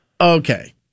Okay